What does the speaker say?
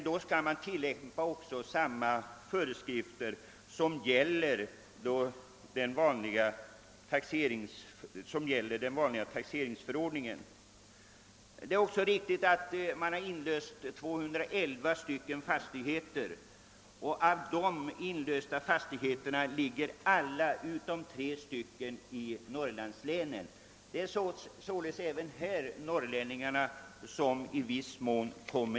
Då skall samma föreskrifter tillämpas som gäller enligt den vanliga fastighetstaxeringsförordningen. Det är också riktigt att man har inlöst 211 egnahem t.o.m. år 1969. Alla dessa utom tre ligger i Norrlandslänen. Således kommer norrlänningarna även här i viss mån i kläm.